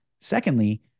secondly